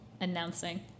announcing